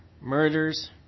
murders